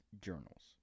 journals